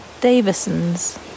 Davison's